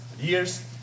years